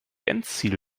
endziel